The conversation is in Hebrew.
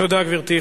תודה, גברתי.